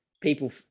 people